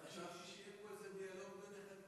חשבתי שיהיה פה איזה דיאלוג ביניכם,